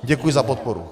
Děkuji za podporu.